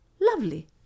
lovely